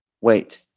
Wait